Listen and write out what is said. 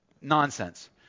nonsense